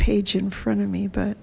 page in front of me but